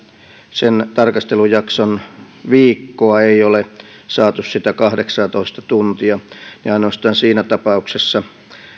sen tarkastelujakson viikolla ei ole saatu sitä kahdeksaatoista tuntia ainoastaan siinä tapauksessa